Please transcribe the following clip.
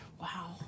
Wow